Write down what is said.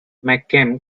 mckim